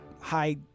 high